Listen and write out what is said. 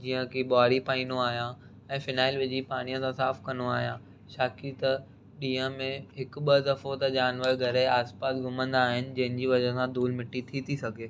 जीअं की ॿुआरी पाईंदो आहियां ऐं फिनाइल विझी पानीअ सां साफ़ु कंदो आहियां छोकी त ॾींहं में हिकु ॿ दफ़ो त जानवर घर जे आस पास घुमंदा आहिनि जंहिंजी वजह सां धूल मिटी थी थी सघे